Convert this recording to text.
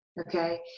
okay